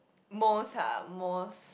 most ah most